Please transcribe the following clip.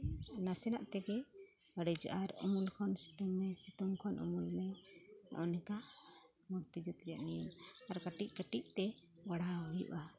ᱱᱟᱥᱮᱱᱟᱜ ᱛᱮᱜᱮ ᱵᱟᱹᱲᱤᱡᱚᱜᱼᱟ ᱟᱨ ᱩᱢᱩᱞ ᱠᱷᱚᱱ ᱥᱤᱛᱩᱝ ᱢᱮ ᱟᱨ ᱥᱤᱛᱩᱝ ᱠᱷᱚᱱ ᱩᱢᱩᱞ ᱢᱮ ᱚᱱᱠᱟ ᱢᱩᱨᱛᱤ ᱡᱩᱛ ᱨᱮᱭᱟᱜ ᱱᱤᱭᱚᱢ ᱟᱨ ᱠᱟᱹᱴᱤᱡ ᱠᱟᱹᱴᱤᱡ ᱛᱮ ᱵᱟᱲᱦᱟᱣ ᱦᱩᱭᱩᱜᱼᱟ